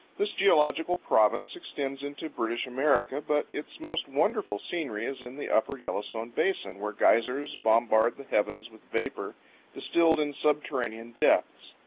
this geological province extends into british america, but its most wonderful scenery is in the upper yellowstone basin, where geysers bombard the heavens with vapor distilled in subterranean depths.